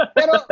pero